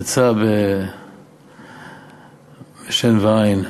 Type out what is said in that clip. יצא בשן ועין.